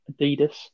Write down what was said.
adidas